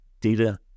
data